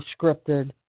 scripted